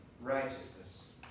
righteousness